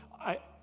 I